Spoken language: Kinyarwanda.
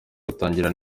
gutangira